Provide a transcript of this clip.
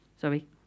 sorry